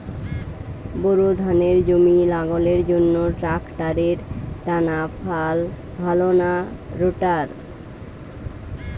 Bore ধানের জমি লাঙ্গলের জন্য ট্রাকটারের টানাফাল ভালো না রোটার?